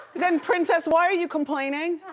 then princess, why are you complaining?